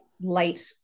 light